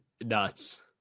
nuts